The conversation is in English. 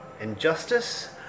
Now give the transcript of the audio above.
Injustice